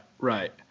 Right